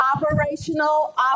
Operational